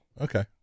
okay